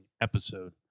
episode